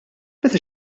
meta